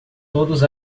todos